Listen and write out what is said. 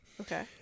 okay